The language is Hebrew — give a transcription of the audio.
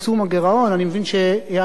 אני מבין שיעד הגירעון עולה,